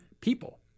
people